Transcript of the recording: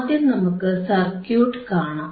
ആദ്യം നമുക്ക് സർക്യൂട്ട് കാണാം